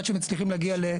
עד שהם מצליחים להגיע לבנייה.